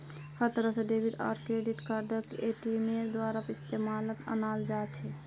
हर तरह से डेबिट आर क्रेडिट कार्डक एटीएमेर द्वारा इस्तेमालत अनाल जा छे